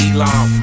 Elon